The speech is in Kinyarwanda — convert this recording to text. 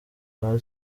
kwa